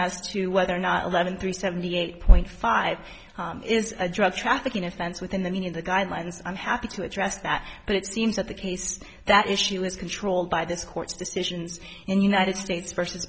as to whether or not eleven through seventy eight point five is a drug trafficking offense within the meaning of the guidelines i'm happy to address that but it seems that the case that issue is controlled by this court's decisions in united states versus